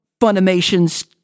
Funimation's